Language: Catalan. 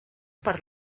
per